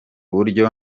buryo